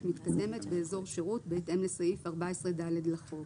מתקדמת באזור שירות בהתאם לסעיף 14 לחוק".